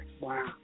Wow